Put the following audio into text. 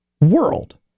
world